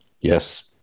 Yes